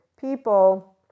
people